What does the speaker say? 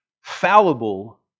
fallible